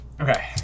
Okay